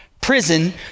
prison